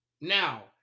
Now